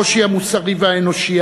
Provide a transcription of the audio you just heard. הקושי המוסרי והאנושי,